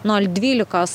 nol dvylikos